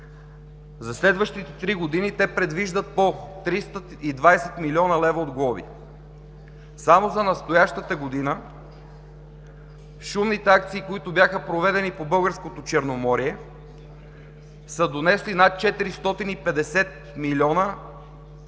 За следващите три години те предвиждат по 320 млн. лв. от глоби. Само за настоящата година шумните акции, които бяха проведени по българското Черноморие, са донесли над 450 милиона в